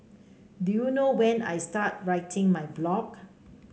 do you know when I started writing my blog